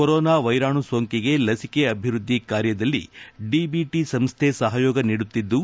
corona ವೈರಾಣು ಸೋಂಕಿಗೆ ಲಸಿಕೆ ಅಭಿವೃದ್ಧಿ ಕಾರ್ಯದಲ್ಲಿ ಡಿಬಿಟ ಸಂಸ್ಥೆ ಸಹಯೋಗ ನೀಡುತ್ತಿದ್ದು